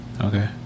Okay